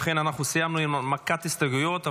אכן סיימנו את הנמקת ההסתייגויות,